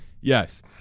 Yes